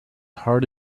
hard